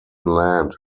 land